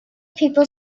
people